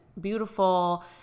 beautiful